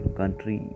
country